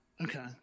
Okay